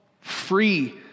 free